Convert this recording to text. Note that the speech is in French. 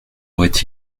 aurait